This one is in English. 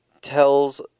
tells